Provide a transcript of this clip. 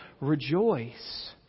rejoice